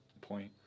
point